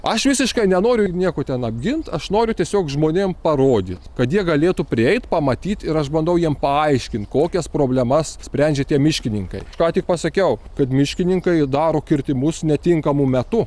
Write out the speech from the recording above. aš visiškai nenoriu nieko ten apgint aš noriu tiesiog žmonėm parodyt kad jie galėtų prieit pamatyt ir aš bandau jiem paaiškint kokias problemas sprendžia tie miškininkai ką tik pasakiau kad miškininkai daro kirtimus netinkamu metu